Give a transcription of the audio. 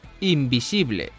Invisible